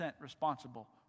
responsible